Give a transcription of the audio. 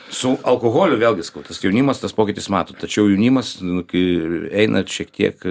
su alkoholiu vėlgi sakau tas jaunimas tas pokytis mato tačiau jaunimas kai einat šiek tiek